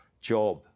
job